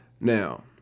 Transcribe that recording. Now